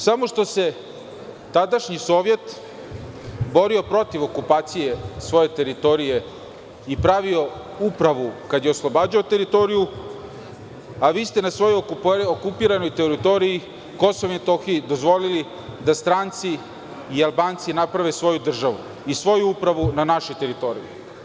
Samo što se tadašnji Sovjet borio protiv okupacije svoje teritorije i pravio upravu kada je oslobađao teritoriju, a vi ste na svojoj okupiranoj teritoriji, KiM, dozvolili da stranci i Albanci naprave svoju državu i svoju upravu na našoj teritoriji.